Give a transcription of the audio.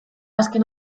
azken